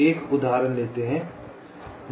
एक उदाहरण लेते हैं